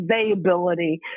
availability